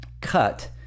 cut